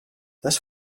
this